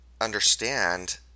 understand